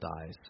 dies